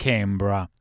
Canberra